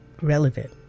relevant